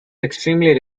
extremely